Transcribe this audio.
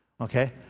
Okay